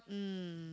mm